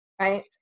right